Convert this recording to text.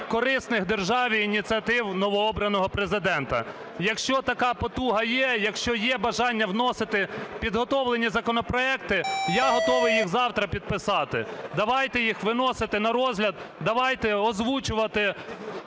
корисних в державі ініціатив новообраного Президента. Якщо така потуга є, якщо є бажання вносити підготовлені законопроекти, я готовий їх завтра підписати. Давайте їх виносити на розгляд, давайте озвучувати